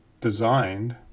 designed